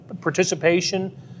participation